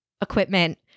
equipment